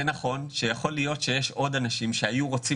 זה נכון שיכול להיות שיש עוד אנשים שהיו רוצים